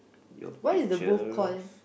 your pictures